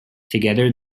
together